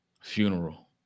funeral